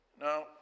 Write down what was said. Now